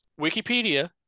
Wikipedia